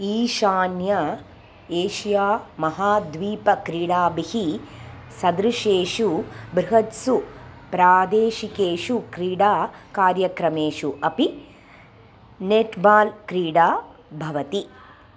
ईशान्यं एशियामहाद्वीपक्रीडाभिः सदृशेषु बृहत्सु प्रादेशिकेषु क्रीडाकार्यक्रमेषु अपि नेट्बाल् क्रीडा भवति